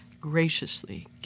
graciously